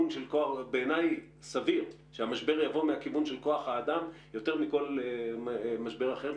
בעיניי סביר שהמשבר יבוא מהכיוון של כוח אדם יותר מכל משבר אחר,